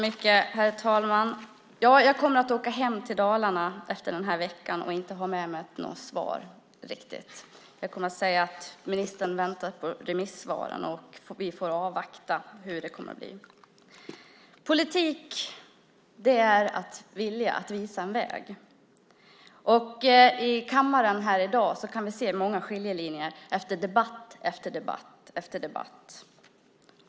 Herr talman! Jag kommer att åka hem till Dalarna efter den här veckan och inte ha med mig något riktigt svar. Jag kommer att säga att ministern väntar på remissvaren och att vi får avvakta hur det kommer att bli. Politik är att vilja och visa väg. I kammaren i dag har vi kunnat se många skiljelinjer i debatt efter debatt.